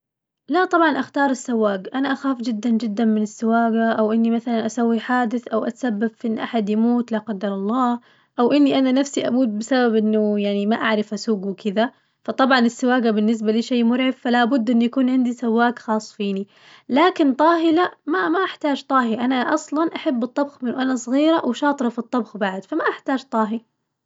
لا طبعاً أختار السواق، أنا أخاف جداً جداً من السواقة وإني مثلاً أسوي حادث أو أتسبب في إن أحد يموت لا قدر الله، أو إني انا نفسي أموت بسبب إنه يعني ما أعرف أسوق وكذا، فطبعاً السواقة بالنسبة لي شي مرعب فلابد إنه يكون عندي سواق خاص فيني، لكن طاهي لا ما ما أحتاج طاهي أنا أصلاً أحب الطبخ من وأنا صغيرة وشاطرة في الطبخ بعد فما أحتاج طاهي.